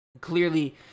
Clearly